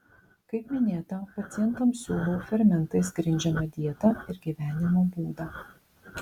kaip minėta pacientams siūlau fermentais grindžiamą dietą ir gyvenimo būdą